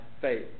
faith